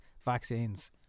vaccines